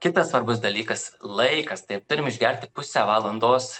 kitas svarbus dalykas laikas tai turim išgerti pusę valandos